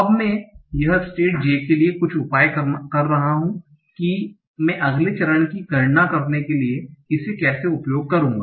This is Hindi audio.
अब मैं यह स्टेट j के लिए कुछ उपाय कर रहा हूं कि मैं अगले चरण की गणना करने के लिए इसे कैसे उपयोग करूंगा